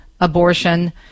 abortion